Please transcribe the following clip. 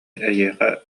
эйиэхэ